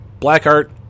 Blackheart